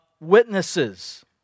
witnesses